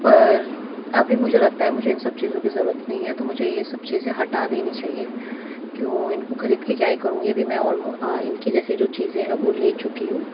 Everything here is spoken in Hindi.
पर अभी मुझे लगता है मुझे इन सब चीज़ों की ज़रूरत नहीं है तो मुझे ये सब चीज़ें हटा देनी चहिए क्यों इन को खरीद के क्या ही करुँगी अभी में इनकी जैसी जो चीज़ें हैं वो ले चुकी हूँ